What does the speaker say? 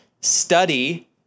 study